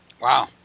Wow